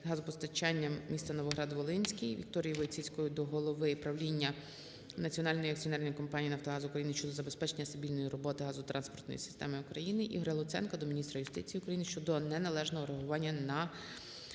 газопостачанням міста Новоград-Волинський. Вікторії Войціцької до голови правління Національної акціонерної компанії "Нафтогаз України" щодо забезпечення стабільної роботи газотранспортної системи України. Ігоря Луценка до міністра юстиції України щодо неналежного реагування на